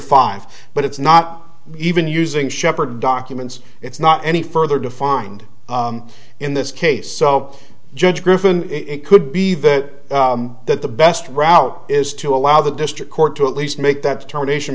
five but it's not even using sheppard documents it's not any further defined in this case so judge griffen it could be that that the best route is to allow the district court to at least make that determination